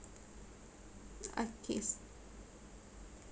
okay s~